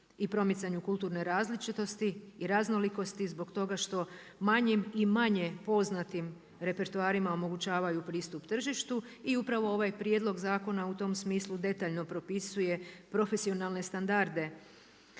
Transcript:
i promicanju kulturne različitosti i raznolikosti zbog toga što manje i manje poznatim repertoarima omogućavaju pristup tržištu. I upravo ovaj prijedlog zakona u tom smislu detaljno propisuje profesionalne standarde